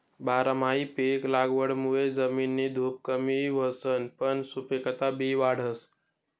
बारमाही पिक लागवडमुये जमिननी धुप कमी व्हसच पन सुपिकता बी वाढस